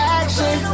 action